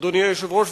אדוני היושב-ראש,